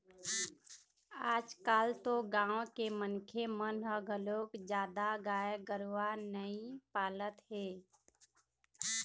आजकाल तो गाँव के मनखे मन ह घलोक जादा गाय गरूवा नइ पालत हे